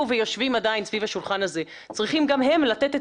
ויושבים עדיין סביב השולחן הזה צריכים גם הם לתת את